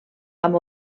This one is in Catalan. amb